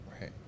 Right